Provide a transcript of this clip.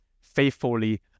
faithfully